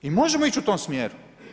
I možemo ići u tom smjeru.